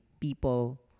people